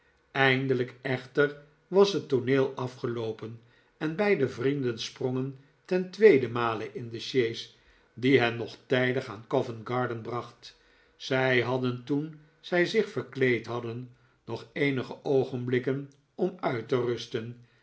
eindelijk echter was het tooneel afgeloopen en beide vrienden sprongen ten tweeden male in de sjees die hen nog tijdig aan covent-garden bracht zij hadden toen zij zich verkleed hadden nog eenige oogenblikken om uit te rusten